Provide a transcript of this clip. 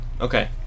Okay